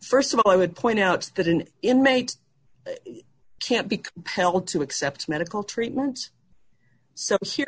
first of all i would point out that an inmate can't be compelled to accept medical treatment so here